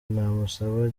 namusaba